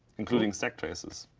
including sec traces.